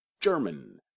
German